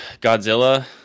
Godzilla